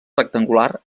rectangular